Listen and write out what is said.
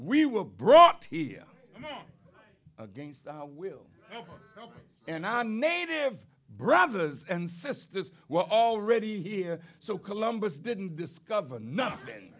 we were brought here against our will and i'm native brothers and sisters were already here so columbus didn't discover nothing